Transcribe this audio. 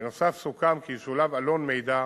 בנוסף, סוכם כי ישולב עלון מידע